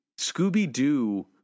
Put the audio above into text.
Scooby-Doo